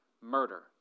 murder